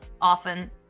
often